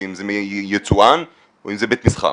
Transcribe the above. אם זה יצואן או אם זה בית מסחר,